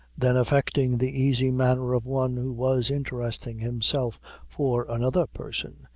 then affecting the easy manner of one who was interesting himself for another person,